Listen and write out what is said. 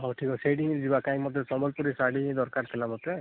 ହଉ ଠିକ୍ଅଛି ସେଇଠିକି ହିଁ ଯିବା କାହିଁକି ମୋତେ ସମ୍ବଲପୁରୀ ଶାଢ଼ୀ ଦରକାର ଥିଲା ମୋତେ